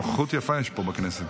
יש נוכחות יפה פה בכנסת.